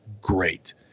Great